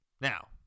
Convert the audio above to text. now